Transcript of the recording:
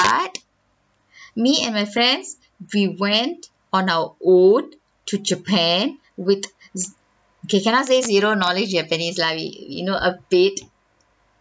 me and my friends we went on our own to japan with z~ okay cannot say zero knowledge japanese lah we we know a bit